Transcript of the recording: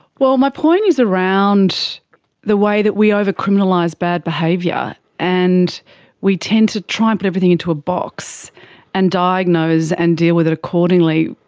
well, my point is around the way that we over-criminalise bad behaviour and we tend to try and put everything into a box and diagnose and deal with it accordingly,